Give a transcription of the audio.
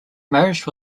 marriage